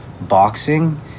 boxing